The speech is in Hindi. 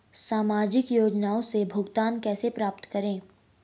सामाजिक योजनाओं से भुगतान कैसे प्राप्त करें?